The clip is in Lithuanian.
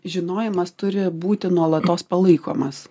žinojimas turi būti nuolatos palaikomas